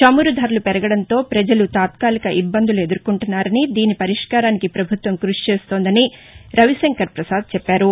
చమురు ధరల పెరగడంతో ప్రజలు తాత్యాలిక ఇబ్బందులు ఎదుర్కొంటున్నారనీ దీని పరిష్కారానికి పభుత్వం కృషి చేస్తోందని రవిశంకర్ ప్రసాద్ చెప్పారు